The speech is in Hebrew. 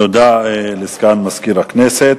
תודה לסגן מזכירת הכנסת.